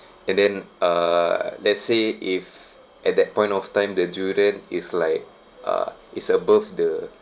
and then err let's say if at that point of time the durian is like uh is above the